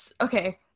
Okay